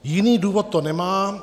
Jiný důvod to nemá.